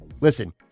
Listen